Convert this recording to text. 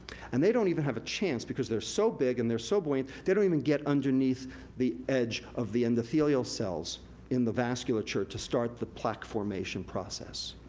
and they don't even have a chance, because they're so big and they're so buoyant, they don't even get underneath the edge of the endothelial cells in the vasculature to start the plaque formation process.